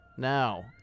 now